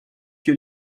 que